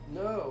no